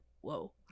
Whoa